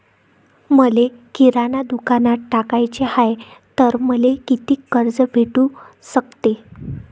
मले किराणा दुकानात टाकाचे हाय तर मले कितीक कर्ज भेटू सकते?